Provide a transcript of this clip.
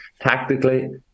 Tactically